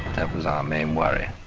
that was our main worry.